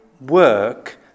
work